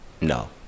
No